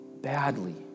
badly